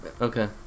Okay